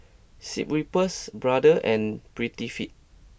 Schweppes Brother and Prettyfit